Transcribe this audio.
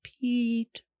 Pete